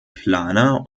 planer